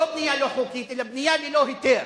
לא בנייה לא חוקית, אלא בנייה ללא היתר,